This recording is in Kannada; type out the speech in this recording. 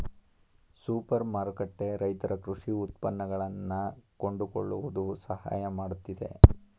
ಸೂಪರ್ ಮಾರುಕಟ್ಟೆ ರೈತರ ಕೃಷಿ ಉತ್ಪನ್ನಗಳನ್ನಾ ಕೊಂಡುಕೊಳ್ಳುವುದು ಸಹಾಯ ಮಾಡುತ್ತಿದೆ